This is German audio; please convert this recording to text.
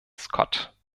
scott